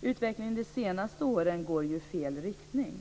Utvecklingen de senaste åren går i fel riktning.